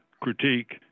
critique